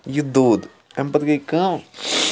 یہِ دوٚد امہِ پَتہٕ گٔے کٲم